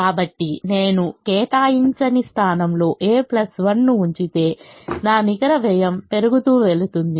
కాబట్టి నేను కేటాయించని స్థానంలో a 1 ను ఉంచితే నా నికర వ్యయం పెరుగుతూ వెళ్తుంది